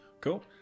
Cool